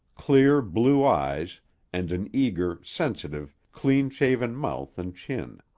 clear, blue eyes and an eager, sensitive, clean-shaven mouth and chin.